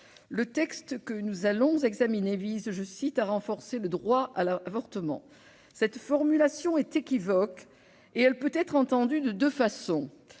Le texte que nous allons examiner vise à « renforcer le droit à l'avortement ». Cette formulation est équivoque, et elle peut ainsi être entendue de deux façons.